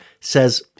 says